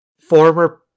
former